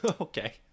Okay